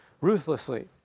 ruthlessly